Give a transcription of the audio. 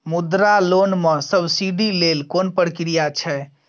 मुद्रा लोन म सब्सिडी लेल कोन प्रक्रिया छै?